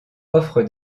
offre